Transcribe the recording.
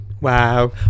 Wow